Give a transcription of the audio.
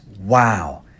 Wow